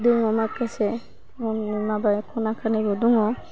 दङ माखासे न'नि माबा ख'ना खानिबो दङ